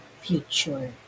future